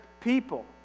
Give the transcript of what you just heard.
people